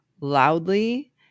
loudly